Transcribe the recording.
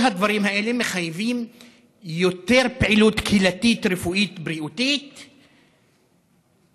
כל הדברים האלה מחייבים יותר פעילות קהילתית רפואית בריאותית תודעתית,